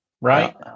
right